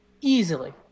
easily